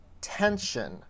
tension